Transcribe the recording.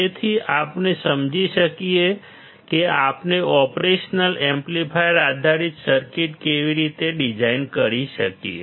તેથી આપણે સમજીએ છીએ કે આપણે ઓપરેશન એમ્પ્લીફાયર આધારિત સર્કિટ કેવી રીતે ડિઝાઇન કરી શકીએ